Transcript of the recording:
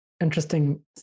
interesting